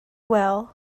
well